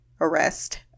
arrest